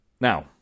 Now